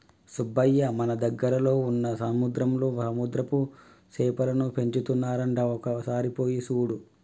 సుబ్బయ్య మన దగ్గరలో వున్న సముద్రంలో సముద్రపు సేపలను పెంచుతున్నారంట ఒక సారి పోయి సూడు